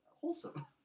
wholesome